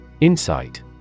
Insight